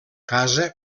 casa